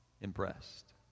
impressed